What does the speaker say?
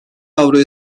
avroya